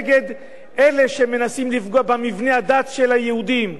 נגד אלה שמנסים לפגוע במבני הדת של היהודים,